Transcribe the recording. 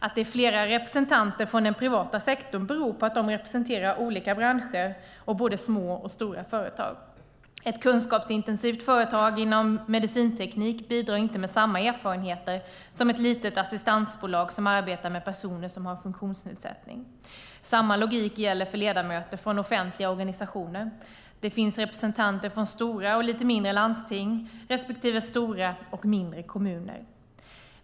Att det är flera representanter från den privata sektorn beror på att de representerar olika branscher och både små och stora företag. Ett kunskapsintensivt företag inom medicinteknik bidrar inte med samma erfarenheter som ett litet assistansbolag som arbetar med personer som har funktionsnedsättning. Samma logik gäller för ledamöter från offentliga organisationer - det finns representanter från stora och lite mindre landsting respektive stora och mindre kommuner.